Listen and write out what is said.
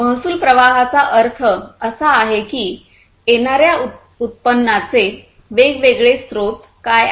महसूल प्रवाहाचा अर्थ असा आहे की येणार्या उत्पन्नाचे वेगवेगळे स्रोत काय आहेत